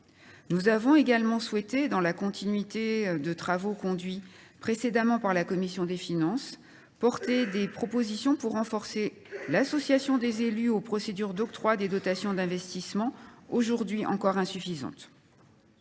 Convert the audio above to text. Nous avons également souhaité, dans la continuité de travaux conduits précédemment par la commission des finances, porter des propositions pour renforcer l’association des élus aux procédures d’octroi des dotations d’investissement, aujourd’hui insuffisante.